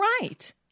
right